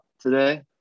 today